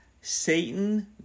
Satan